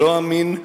לא אמין,